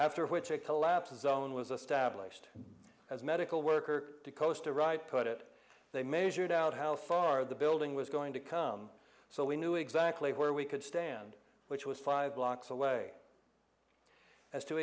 after which a collapses zone was established as medical worker decosta right put it they measured out how far the building was going to come so we knew exactly where we could stand which was five blocks away as to